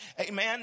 Amen